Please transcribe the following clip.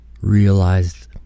Realized